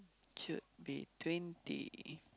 should be twenty